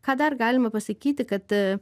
ką dar galima pasakyti kad